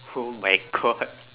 oh my god